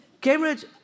Cambridge